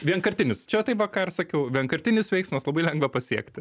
vienkartinis čia tai va ką ir sakiau vienkartinis veiksmas labai lengva pasiekti